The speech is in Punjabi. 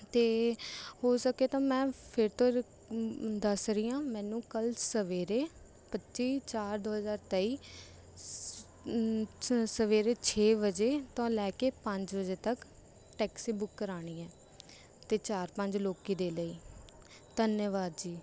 ਅਤੇ ਹੋ ਸਕੇ ਤਾਂ ਮੈਂ ਫਿਰ ਤੋਂ ਦੱਸ ਰਹੀ ਹਾਂ ਮੈਨੂੰ ਕੱਲ੍ਹ ਸਵੇਰੇ ਪੱਚੀ ਚਾਰ ਦੋ ਹਜ਼ਾਰ ਤੇਈ ਸਵੇਰੇ ਛੇ ਵਜੇ ਤੋਂ ਲੈ ਕੇ ਪੰਜ ਵਜੇ ਤੱਕ ਟੈਕਸੀ ਬੁੱਕ ਕਰਾਉਣੀ ਹੈ ਅਤੇ ਚਾਰ ਪੰਜ ਲੋਕਾਂ ਦੇ ਲਈ ਧੰਨਵਾਦ ਜੀ